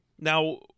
Now